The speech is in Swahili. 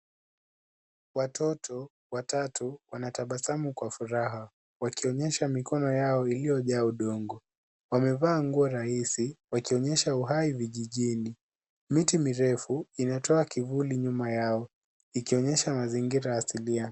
Watoto watatu wanatabasamu kwa furaha, wakionyesha mikono yao iliyojaa udongo. Wamevaa nguo rahisi wakionyesha uhai vijijini. Miti mirefu inatoa kivuli nyuma yao ikionyesha mazingira asilia.